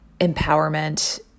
empowerment